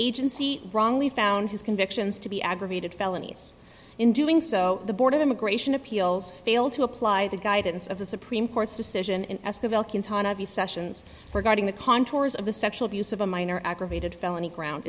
agency wrongly found his convictions to be aggravated felonies in doing so the board of immigration appeals failed to apply the guidance of the supreme court's decision in the sessions regarding the contours of the sexual abuse of a minor aggravated felony ground